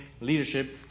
leadership